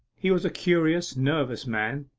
he was a curious nervous man.